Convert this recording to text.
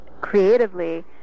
creatively